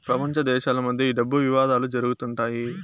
ప్రపంచ దేశాల మధ్య ఈ డబ్బు వివాదాలు జరుగుతుంటాయి